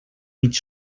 mig